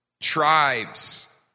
tribes